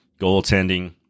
Goaltending